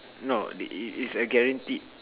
no it it is a guaranteed